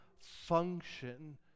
function